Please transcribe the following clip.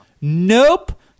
Nope